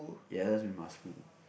ya just we must move